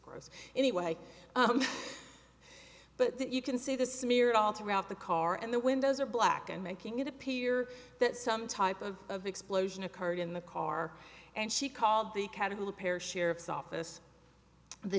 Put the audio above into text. gross anyway but you can see the smeared all throughout the car and the windows are black and making it appear that some type of explosion occurred in the car and she called the catahoula parish sheriff's office